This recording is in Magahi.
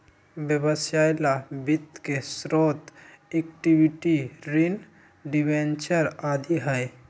व्यवसाय ला वित्त के स्रोत इक्विटी, ऋण, डिबेंचर आदि हई